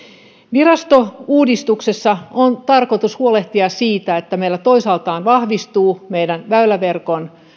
virastouudistuksessa on tarkoitus huolehtia siitä että meillä toisaalta vahvistuu meidän väyläverkkomme